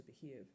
behave